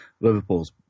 Liverpool's